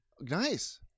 Nice